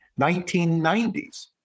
1990s